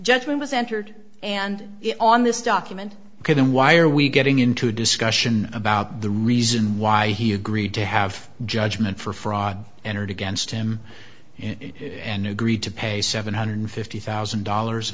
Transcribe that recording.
judgment was entered and on this document ok then why are we getting into discussion about the reason why he agreed to have judgment for fraud entered against him and agreed to pay seven hundred fifty thousand dollars